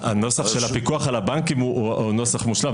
הנוסח של הפיקוח על הבנקים הוא מושלם,